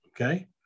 Okay